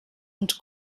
und